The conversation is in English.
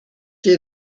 see